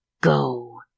go